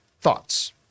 thoughts